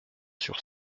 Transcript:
sur